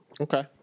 Okay